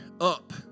up